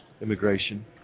immigration